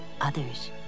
Others